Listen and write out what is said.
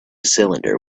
cylinder